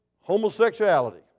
homosexuality